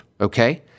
okay